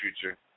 future